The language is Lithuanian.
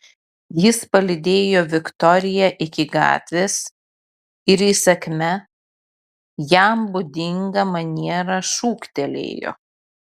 jis palydėjo viktoriją iki gatvės ir įsakmia jam būdinga maniera šūktelėjo